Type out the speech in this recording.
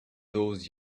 those